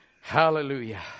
Hallelujah